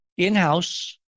In-house